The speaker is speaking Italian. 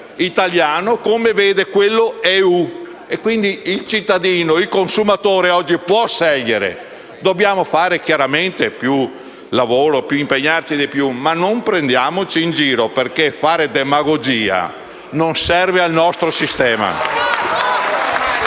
come vede quello EU. Quindi il cittadino, il consumatore oggi può scegliere. Dobbiamo fare chiaramente più lavoro ed impegnarci di più; ma non prendiamoci in giro, perché fare demagogia non serve al nostro sistema.